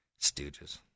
Stooges